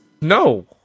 No